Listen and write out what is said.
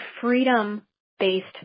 freedom-based